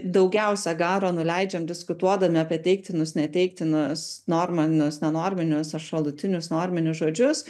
daugiausia garo nuleidžiam diskutuodami apie teiktinus neteiktinus normanius nenorminius ar šalutinius norminius žodžius